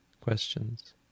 questions